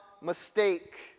mistake